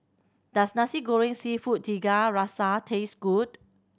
does Nasi Goreng Seafood Tiga Rasa taste good